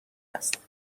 است